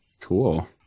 Cool